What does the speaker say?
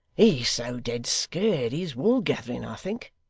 he's so dead scared, he's woolgathering, i think.